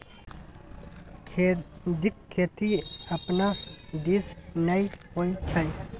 खेढ़ीक खेती अपना दिस नै होए छै